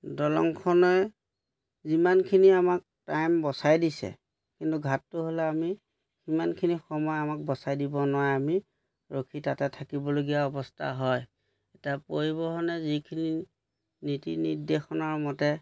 দলংখনে যিমানখিনি আমাক টাইম বচাই দিছে কিন্তু ঘাটটো হ'লে আমি সিমানখিনি সময় আমাক বচাই দিব নোৱাৰি আমি ৰখি তাতে থাকিবলগীয়া অৱস্থা হয় এতিয়া পৰিবহণে যিখিনি নীতি নিৰ্দেশনৰ মতে